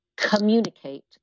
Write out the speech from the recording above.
communicate